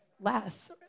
less